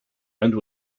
and